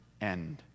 end